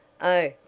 Oh